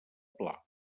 pla